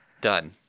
Done